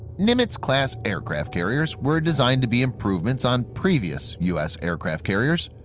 nimitz-class aircraft carriers were designed to be improvements on previous u s. aircraft carriers,